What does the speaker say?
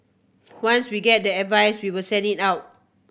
once we get the advice we will send it out